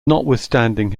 notwithstanding